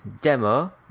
demo